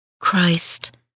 Christ